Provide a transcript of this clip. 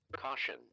Caution